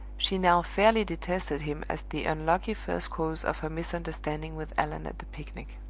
she now fairly detested him as the unlucky first cause of her misunderstanding with allan at the picnic.